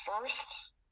first